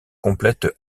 complètent